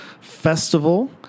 Festival